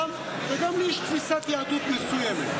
וגם לי יש תפיסת יהדות מסוימת.